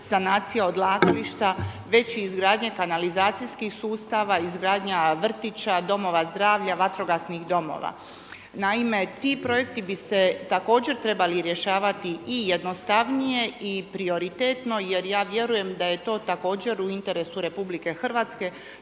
sanacija odlagališta, već i izgradnja kanalizacijskih sustav, izgradnja vrtića, domova zdravlja, vatrogasnih domova. Naime, ti projekti bi se također trebali rješavati i jednostavnije i prioritetno jer ja vjerujem da je to također u interesu RH što brže